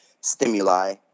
stimuli